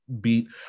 beat